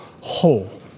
whole